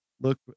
look